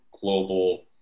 global